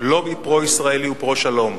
"לובי פרו-ישראלי" או "פרו-שלום".